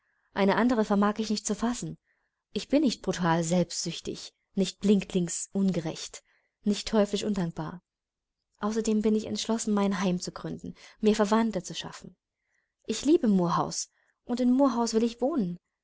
eine andere vermag ich nicht zu fassen ich bin nicht brutal selbstsüchtig nicht blindlings ungerecht nicht teuflisch undankbar außerdem bin ich entschlossen mein heim zu gründen mir verwandte zu schaffen ich liebe moor house und in moor house will ich wohnen